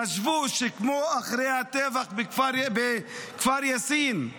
חשבו שכמו אחרי הטבח בכפר יאסין,